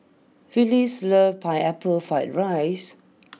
Phylis loves Pineapple Fried Rice